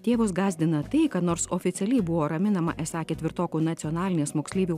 tėvus gąsdina tai kad nors oficialiai buvo raminama esą ketvirtokų nacionalinis moksleivių